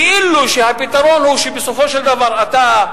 כאילו הפתרון הוא שבסופו של דבר אתה,